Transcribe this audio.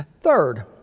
Third